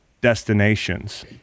destinations